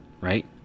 right